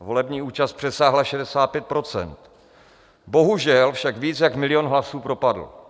Volební účast přesáhla 65 %, bohužel však víc jak milion hlasů propadl.